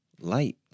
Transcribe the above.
light